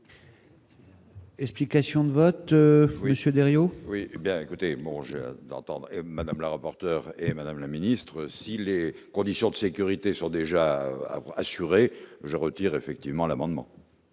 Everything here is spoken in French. Explications de vote Monsieur Deriot. Oui, bien écoutez mon jeu d'entendre Madame la rapporteur et madame la ministre, si les conditions de sécurité sont déjà à vous assurer, je retire effectivement l'amendement.